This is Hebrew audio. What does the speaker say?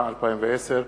התש"ע 2010,